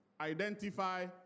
identify